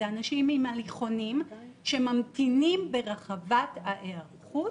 זה אנשים עם הליכונים שממתינים ברחבת ההיערכות.